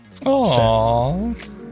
Aww